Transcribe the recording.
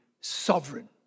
sovereign